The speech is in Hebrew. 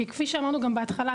כפי שאמרנו גם בהתחלה,